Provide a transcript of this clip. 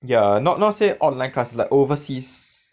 ya not not say online classes like overseas